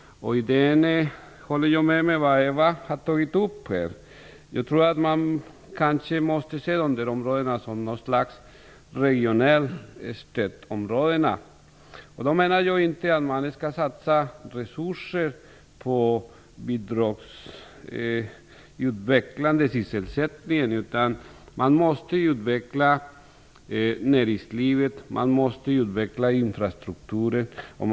Där håller jag med Eva Johansson. Jag tror alltså att man kanske måste se nämnda områden som ett slags regionala stödområden. Då menar jag inte att resurser skall satsas på bidragsutvecklande sysselsättning. I stället måste näringslivet och infrastrukturen utvecklas.